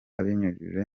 abinyujije